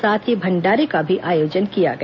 साथ ही भंडारे का भी आयोजन किया गया